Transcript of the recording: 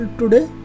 today